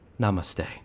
Namaste